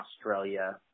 Australia